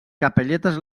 capelletes